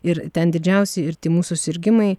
ir ten didžiausi ir tymų susirgimai